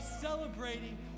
celebrating